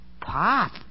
Pop